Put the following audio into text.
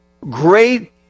Great